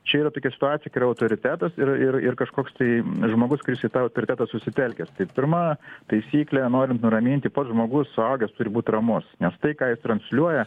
čia yra tokia situacija yra autoritetas ir ir ir kažkoks tai žmogus kuris į tą autoritetą susitelkęs tai pirma taisyklė norint nuraminti pats žmogus suaugęs turi būti ramus nes tai ką jis transliuoja